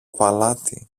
παλάτι